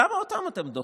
למה אותם אתם דוחים?